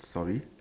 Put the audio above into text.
sorry